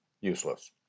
useless